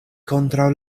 kontraŭ